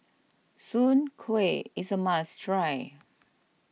Soon Kuih is a must try